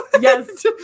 Yes